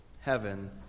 heaven